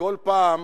בכל פעם